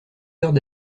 heures